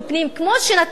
כמו שנתתי,